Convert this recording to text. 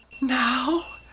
now